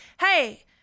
hey